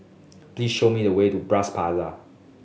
please show me the way to Bras Basah